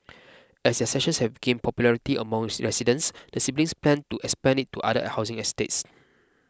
as their sessions have gained popularity among residents the siblings plan to expand it to other housing estates